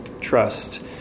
trust